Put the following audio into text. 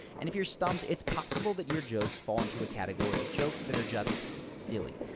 and if you're stumped, it's possible that your jokes fall into a category of jokes that are just silly.